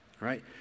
right